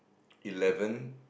eleven